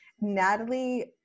Natalie